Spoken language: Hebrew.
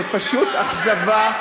אני רוצה לומר לך שפשוט אכזבה,